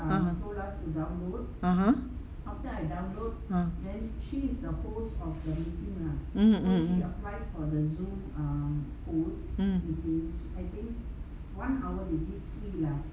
(uh huh) (uh huh) uh mm mm mm mm